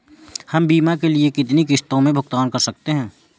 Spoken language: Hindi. हम बीमा के लिए कितनी किश्तों में भुगतान कर सकते हैं?